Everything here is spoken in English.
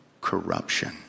corruption